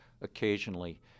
Occasionally